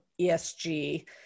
ESG